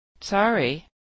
Sorry